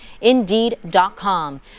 Indeed.com